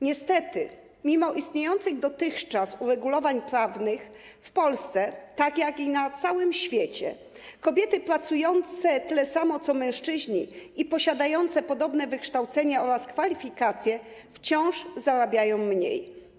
Niestety mimo istniejących dotychczas uregulowań prawnych w Polsce, tak jak i na całym świecie, kobiety pracujące tyle samo co mężczyźni i posiadające podobne wykształcenie oraz kwalifikacje wciąż zarabiają mniej.